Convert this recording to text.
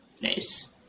Nice